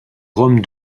roms